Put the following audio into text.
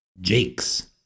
Jake's